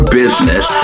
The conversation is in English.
business